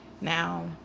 Now